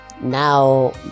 Now